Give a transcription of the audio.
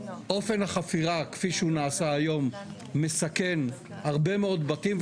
אופן החפירה כפי שהוא נעשה היום מסכן הרבה מאוד בתים,